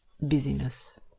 busyness